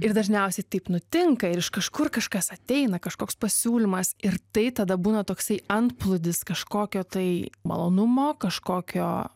ir dažniausiai taip nutinka ir iš kažkur kažkas ateina kažkoks pasiūlymas ir tai tada būna toksai antplūdis kažkokio tai malonumo kažkokio